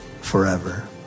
forever